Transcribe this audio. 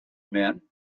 men